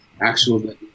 actual